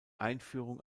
einführung